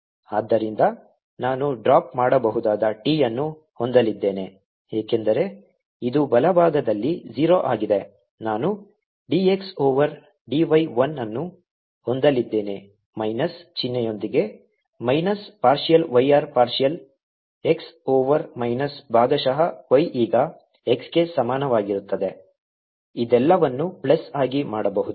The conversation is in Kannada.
ಆದ್ದರಿಂದ ನಾನು ಡ್ರಾಪ್ ಮಾಡಬಹುದಾದ t ಅನ್ನು ಹೊಂದಲಿದ್ದೇನೆ ಏಕೆಂದರೆ ಇದು ಬಲಭಾಗದಲ್ಲಿ 0 ಆಗಿದೆ ನಾನು dx ಓವರ್ dy I ಅನ್ನು ಹೊಂದಲಿದ್ದೇನೆ ಮೈನಸ್ ಚಿಹ್ನೆಯೊಂದಿಗೆ minus partial yr partial x over minus ಭಾಗಶಃ y ಈಗ x ಗೆ ಸಮನಾಗಿರುತ್ತದೆ ಇದೆಲ್ಲವನ್ನೂ ಪ್ಲಸ್ ಆಗಿ ಮಾಡಬಹುದು